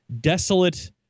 desolate